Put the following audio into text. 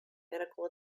medical